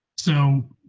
so,